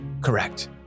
Correct